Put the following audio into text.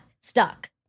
stuck